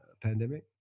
pandemic